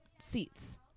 seats